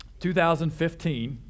2015